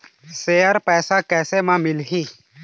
Share पैसा कैसे म मिलही?